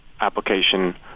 application